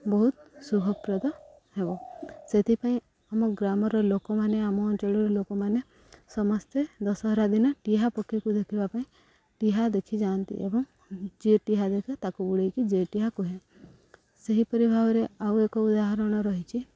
ବହୁତ ସୁଭପ୍ରଦ ହେବ ସେଥିପାଇଁ ଆମ ଗ୍ରାମର ଲୋକମାନେ ଆମ ଅଞ୍ଚଳର ଲୋକମାନେ ସମସ୍ତେ ଦଶହରା ଦିନ ଟିହା ପକ୍ଷୀକୁ ଦେଖିବା ପାଇଁ ଟିହା ଦେଖି ଯାଆନ୍ତି ଏବଂ ଯିଏ ଟିହା ଦେଖେ ତାକୁ ଉଡ଼ାଇକି ଜେଟିହା କୁହେ ସେହିପରି ଭାବରେ ଆଉ ଏକ ଉଦାହରଣ ରହିଛି